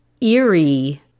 eerie